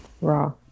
Raw